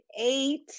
eight